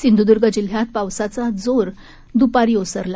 सिंधुदुर्ग जिल्ह्यात पावसाचा जोर दुपारी ओसरला